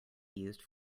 used